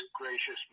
gracious